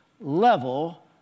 level